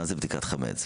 מה זה בדיקת חמץ?